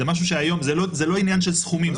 זה לא עניין של סכומים,